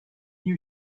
new